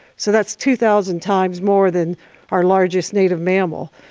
so that's two thousand times more than our largest native mammal.